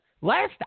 Last